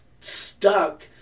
stuck